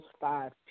five